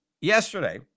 yesterday